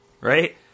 right